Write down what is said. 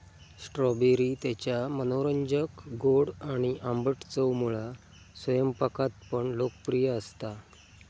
strawberry त्याच्या मनोरंजक गोड आणि आंबट चवमुळा स्वयंपाकात पण लोकप्रिय असता